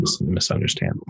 misunderstand